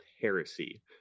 heresy